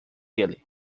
ele